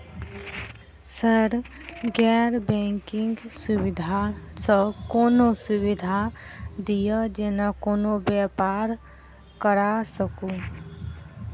Sir गैर banking सुविधा सँ कोनों सुविधा दिए जेना कोनो व्यापार करऽ सकु?